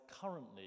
currently